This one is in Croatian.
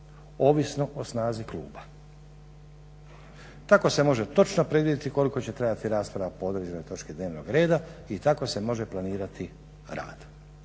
ovisno o snazi kluba. Tako se može točno predvidjeti koliko će trajati rasprava po određenoj točki dnevnog reda i tako se može planirati rad.